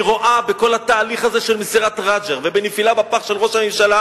היא רואה בכל התהליך הזה של מסירת רג'ר ובנפילה של ראש הממשלה